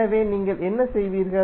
எனவே நீங்கள் என்ன செய்வீர்கள்